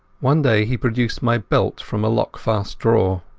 one day he produced my belt from a lockfast drawer.